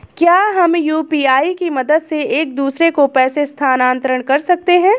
क्या हम यू.पी.आई की मदद से एक दूसरे को पैसे स्थानांतरण कर सकते हैं?